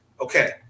Okay